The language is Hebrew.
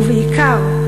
ובעיקר,